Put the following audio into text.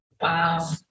Wow